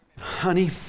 honey